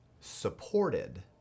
supported